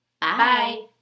bye